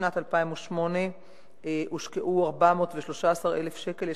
משנת 2008 הושקעו 413,000 שקל,